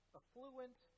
affluent